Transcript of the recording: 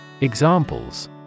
Examples